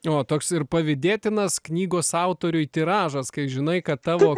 o toks ir pavydėtinas knygos autoriui tiražas kai žinai kad tavo